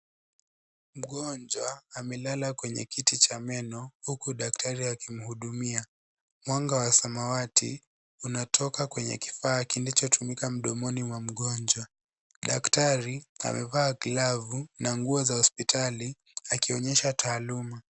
Mgonjwa amelala kwenye kiti cha meno huku daktari akimhudumia, mwanga wa samawati, unatoka kwenye kifaa kinachotumika mdomoni mwa mgonjwa, daktari amevaa glavu na nguo za hospitali akionyesha taaluma.